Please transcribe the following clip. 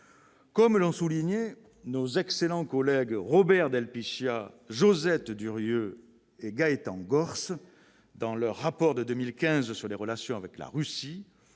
Comme l'ont souligné nos excellents collègues Robert del Picchia, Josette Durrieu et Gaëtan Gorce dans leur rapport de 2015 sur les relations avec la Russie,